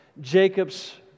Jacob's